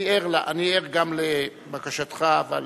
אני ער גם לבקשתך, אבל